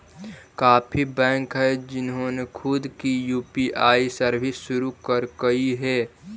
काफी बैंक हैं जिन्होंने खुद की यू.पी.आई सर्विस शुरू करकई हे